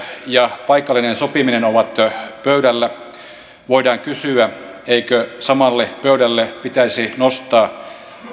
ja paikallinen sopiminen ovat pöydällä voidaan kysyä eikö samalle pöydälle pitäisi nostaa